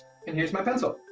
and here's my pencil.